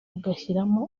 ugashyiramo